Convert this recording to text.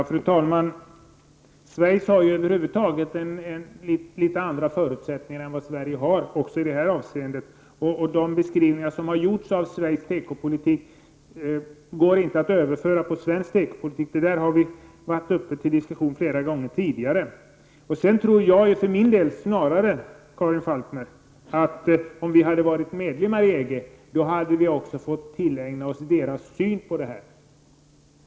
Fru talman! Schweiz har över huvud taget litet andra förutsättningar än vad Sverige har, också i det här avseendet. De beskrivningar som har gjorts av Schweiz tekopolitik går inte att överföra på svensk tekopolitik. Detta har varit uppe till diskussion flera gånger tidigare. Jag tror snarare för min del, Karin Falkmer, att också vi, om vi hade varit medlemmar i EG, hade fått tillägna oss dess syn på dessa frågor.